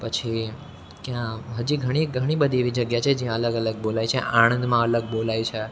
પછી ક્યાં હજી ઘણી ઘણી બધી એવી જગ્યા છે જ્યાં અલગ અલગ બોલાય છે આણંદ માં અલગ બોલાય છે